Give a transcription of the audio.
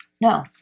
No